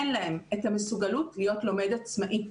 אין להם את המסוגלות להיות לומד עצמאי.